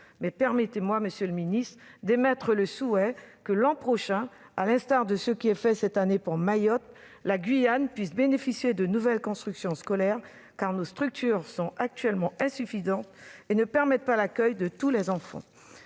permettez-moi d'émettre le souhait que, l'an prochain, à l'instar de ce qui est prévu cette année pour Mayotte, la Guyane puisse bénéficier de nouvelles constructions scolaires, car nos structures sont actuellement insuffisantes et ne permettent pas l'accueil de tous les enfants.